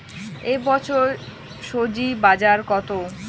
এ বছর স্বজি বাজার কত?